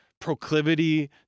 proclivity